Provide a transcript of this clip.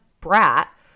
brat